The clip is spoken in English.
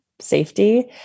safety